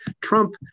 trump